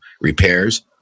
repairs